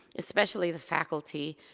especially the faculty.